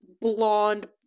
blonde